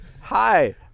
Hi